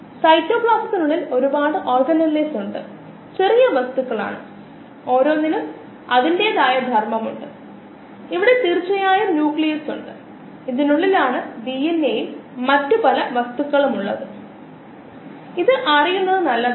glucose is കോശങ്ങളിലെ ഒരു പ്രധാന മെറ്റബോളിക് പാതയുടെ ആരംഭ പോയിന്റായതിനാൽ ഗ്ലൈക്കോളിസിസിന് ഊർജ്ജ വശങ്ങളിൽ നിന്ന് പ്രാധാന്യമുണ്ട് അവ കോശത്തിന് ഊർജ്ജം നൽകുന്നു കോശത്തിന് ഊർജ്ജം നൽകേണ്ടത് അത്യാവശ്യമാണ്